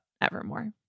Evermore